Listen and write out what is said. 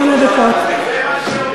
וניתן לך שמונה דקות של הודעה אישית.